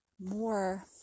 more